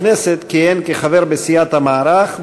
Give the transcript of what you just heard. בכנסת כיהן כחבר בסיעת המערך,